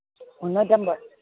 മുന്നൂറ്റി അമ്പത്